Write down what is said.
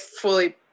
fully